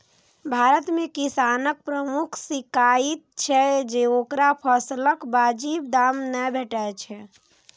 भारत मे किसानक प्रमुख शिकाइत छै जे ओकरा फसलक वाजिब दाम नै भेटै छै